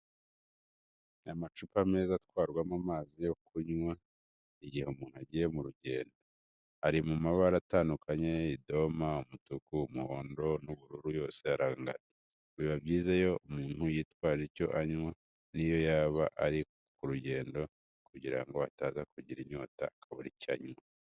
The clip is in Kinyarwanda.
Amacupa meza atwarwamo amazi yo kunywa igihe umuntu agiye mu rugendo, ari mu mabara atandukanye, idoma, umutuku, umuhondo n'ubururu yose arangana, biba byiza iyo umuntu yitwaje icyo kunywa n'iyo yaba ari ku rugendo kugira ngo ataza kugira inyota akabura icyo anywa.